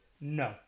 No